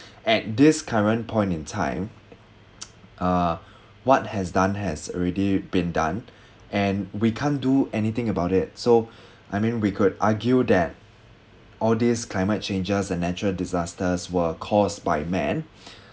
at this current point in time uh what has done has already been done and we can't do anything about it so I mean we could argue that all this climate changes and natural disasters were caused by man